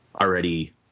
already